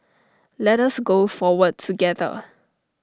let us go forward together